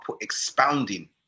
expounding